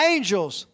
Angels